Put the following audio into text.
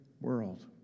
world